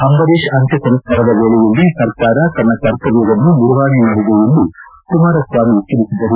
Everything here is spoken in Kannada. ಅಂಬರೀಷ್ ಅಂತ್ಯಸಂಸ್ಥಾರದ ವೇಳೆಯಲ್ಲಿ ಸರ್ಕಾರ ತನ್ನ ಕರ್ತವ್ಯವನ್ನು ನಿರ್ವಹಣೆ ಮಾಡಿದೆ ಎಂದು ಕುಮಾರಸ್ಥಾಮಿ ತಿಳಿಸಿದರು